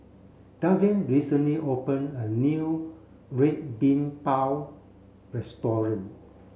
Davian recently open a new Red Bean Bao restaurant